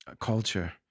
culture